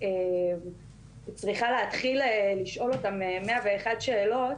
או צריכה להתחיל לשאול אותם 101 שאלות,